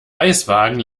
eiswagen